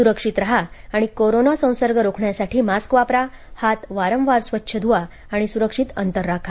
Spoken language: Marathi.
सुरक्षित राहा आणि कोरोना संसर्ग रोखण्यासाठी मास्क वापरा हात वारंवार स्वच्छ ध्रवा आणि स्रक्षित अंतर राखा